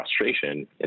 frustration